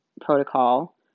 protocol